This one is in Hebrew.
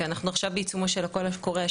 יש פה נקודה חשובה מאוד.